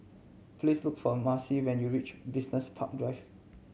please look for Maci when you reach Business Park Drive